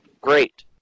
great